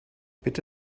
bitte